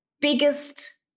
biggest